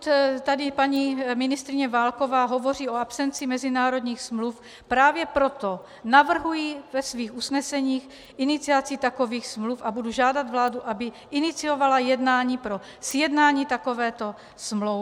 Pokud tady paní ministryně Válková hovoří o absenci mezinárodních smluv, právě proto navrhuji ve svých usneseních iniciaci takových smluv a budu žádat vládu, aby iniciovala jednání pro sjednání takovéto smlouvy.